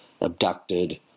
abducted